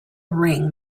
ring